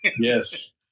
yes